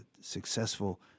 successful